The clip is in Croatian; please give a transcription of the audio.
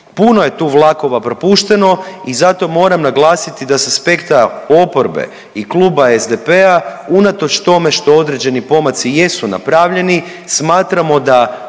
Puno je tu vlakova propušteno i zato moram naglasiti da s aspekta oporbe i kluba SDP-a unatoč tome što određeni pomaci jesu napravljeni, smatramo da